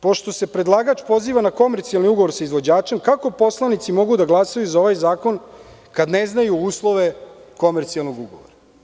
Pošto se predlagač poziva na komercijalni ugovor sa izvođačem, kako poslanici mogu da glasaju za ovaj zakon kada ne znaju uslove komercijalnog ugovora?